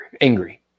angry